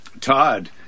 Todd